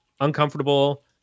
uncomfortable